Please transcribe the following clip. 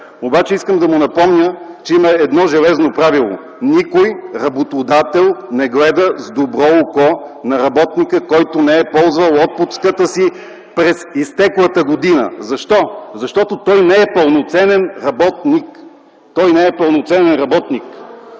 обаче искам да му напомня, че има едно желязно правило: никой работодател не гледа с добро око на работника, който не е ползвал отпуската си през изтеклата година. Защо? Защото той не е пълноценен работник. Той не е пълноценен работник,